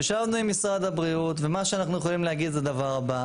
ישבנו עם משרד הבריאות ומה שאנחנו יכולים להגיד זה הדבר הבא,